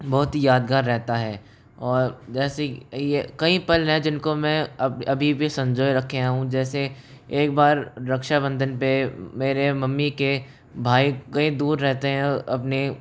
बहुत ही यादगार रहता हैं और वैसे यह कई पल ना जिनको मैं अभी भी संजोये रखा हूँ जैसे एक बार रक्षाबंधन पर मेरे मम्मी के भाई कहीं दूर रहते हैं अपने